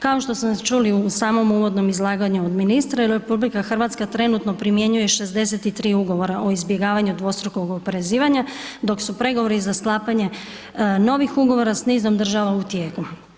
Kao što smo čuli u samom uvodnom izlaganju od ministra, RH trenutno primjenjuje 63 ugovora o izbjegavanju dvostrukog oporezivanja, dok su pregovori za sklapanje novih ugovora s nizom država u tijeku.